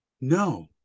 No